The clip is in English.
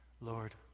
Lord